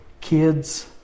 Kids